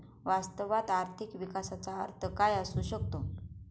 वास्तवात आर्थिक विकासाचा अर्थ काय असू शकतो?